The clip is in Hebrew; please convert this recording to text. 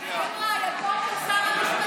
זו שאלה חשובה מאוד.